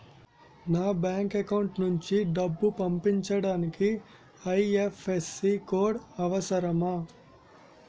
నా bank account నుంచి డబ్బు పంపించడానికి ఐ.ఎఫ్.ఎస్.సి కోడ్ అవసరమా?